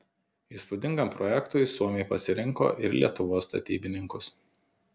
įspūdingam projektui suomiai pasirinko ir lietuvos statybininkus